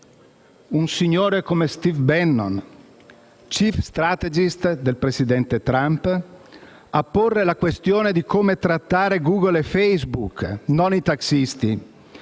un signore come Steve Bannon, *chief strategist* del presidente Trump, a porre la questione di come trattare Google e Facebook (non i tassisti)